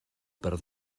per